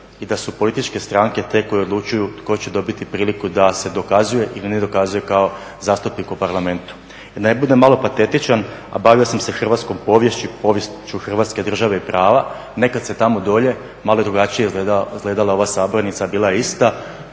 i da su političke stranke te koje odlučuju tko će dobiti priliku da se dokazuje ili ne dokazuje kao zastupnik u parlamentu. …/Govornik se ne razumije./… budem malo patetičan a bavio sam se hrvatskom poviješću i poviješću Hrvatske države i prava nekad se tamo dolje, malo je drugačije izgledala ova sabornica, bila je ista,